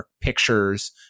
pictures